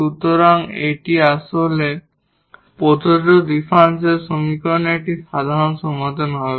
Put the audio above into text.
সুতরাং তাহলে এটি প্রদত্ত ডিফারেনশিয়াল সমীকরণের একটি সাধারণ সমাধান হবে